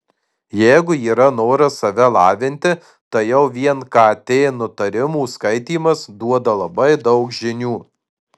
jeigu yra noras save lavinti tai jau vien kt nutarimų skaitymas duoda labai daug žinių